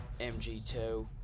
MG2